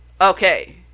okay